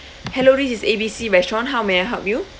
hello this is A B C restaurant how may I help you